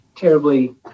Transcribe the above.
terribly